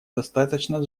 достаточно